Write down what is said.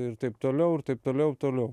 ir taip toliau ir taip toliau ir toliau